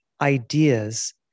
ideas